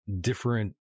different